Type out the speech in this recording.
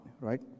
right